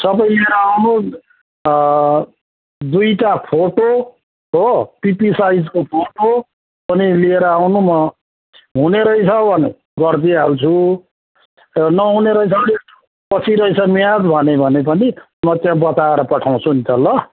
सबै लिएर आउनु दुईवटा फोटो हो पिपी साइजको फोटो पनि लिएर आउनु म हुने रहेछ भने गरिदिई हाल्छु त नहुने रहेछ भने पछि रहेछ म्याद भने पनि म त्यो बताएर पठाउँछु नि त ल